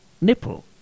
Nipple